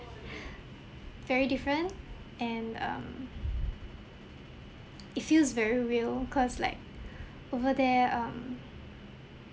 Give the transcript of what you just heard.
very different and um it feels very real cause like over there um